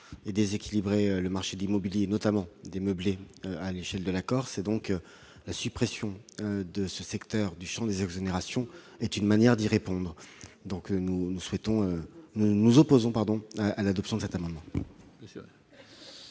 est déséquilibré le marché de l'immobilier, notamment des meublés, à l'échelle de la Corse. La suppression de ce secteur du champ des exonérations est donc une manière d'y répondre. Par conséquent, nous nous opposons à l'adoption de cet amendement.